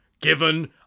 given